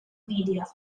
media